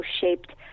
shaped